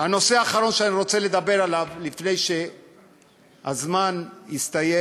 הנושא האחרון שאני רוצה לדבר עליו לפני שהזמן יסתיים